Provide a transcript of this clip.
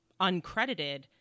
uncredited